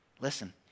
Listen